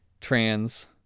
trans